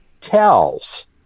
tells